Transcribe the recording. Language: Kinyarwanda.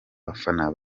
bafana